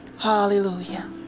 Hallelujah